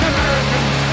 Americans